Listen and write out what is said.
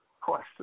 question